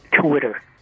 Twitter